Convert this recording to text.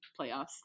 playoffs